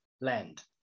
land